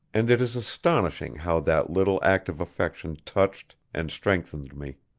and it is astonishing how that little act of affection touched and strengthened me.